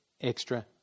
extra